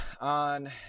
on